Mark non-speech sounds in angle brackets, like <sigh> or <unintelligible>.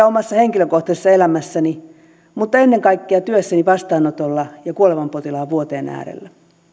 <unintelligible> omassa henkilökohtaisessa elämässäni mutta ennen kaikkea työssäni vastaanotolla ja kuolevan potilaan vuoteen äärellä